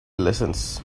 lessons